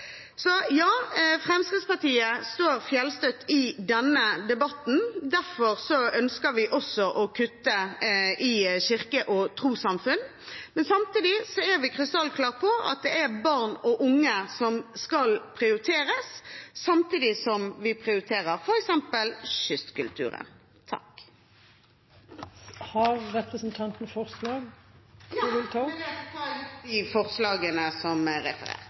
Så ja, Fremskrittspartiet står fjellstøtt i denne debatten, og derfor ønsker vi også å kutte i bevilgningene til kirke- og trossamfunn. Samtidig er vi krystallklare på at det er barn og unge som skal prioriteres, samtidig som vi prioriterer f.eks. kystkulturen. Jeg tar opp de forslagene Fremskrittspartiet har alene. Representanten